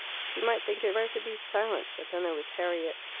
she might think it right to be silent, but then there was harriet.